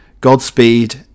Godspeed